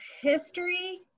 history